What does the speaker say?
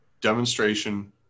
demonstration